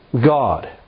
God